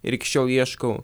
ir iki šiol ieškau